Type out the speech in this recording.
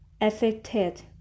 affected